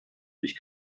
durch